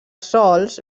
sòls